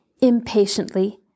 Impatiently